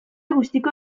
guztiko